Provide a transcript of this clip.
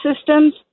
systems